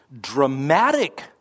dramatic